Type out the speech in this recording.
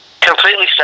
Completely